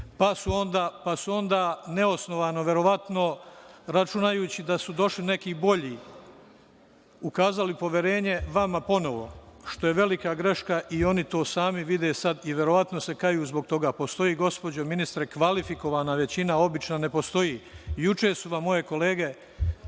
Onda su neosnovano, verovatno, računajući da su došli neki bolji ukazali poverenje vama ponovo, što je velika greška i oni to sami vide i verovatno se sada kaju zbog toga. Postoji gospođo ministar kvalifikovana većina, obična ne postoji. Juče su vam moje kolege